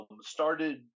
started